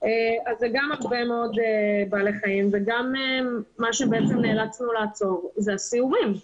אז זה גם הרבה מאוד בעלי חיים ומה שנאלצנו לעצור זה הסיורים,